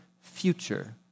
future